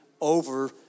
over